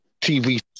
TV